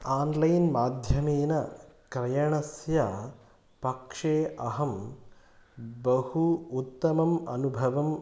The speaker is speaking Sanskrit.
आन्लैन् माध्यमेन क्रयणस्य पक्षे अहं बहु उत्तमम् अनुभवम्